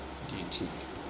جی ٹھیک ہے